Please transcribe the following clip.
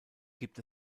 gibt